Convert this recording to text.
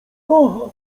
kocha